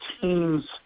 team's